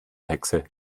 hexe